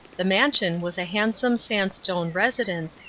the mansion was a handsome sandstone residence,